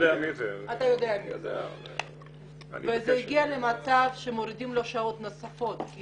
זה הגיע למצב שמורידים לו שעות נוספות כי